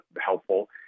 helpful